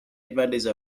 advantage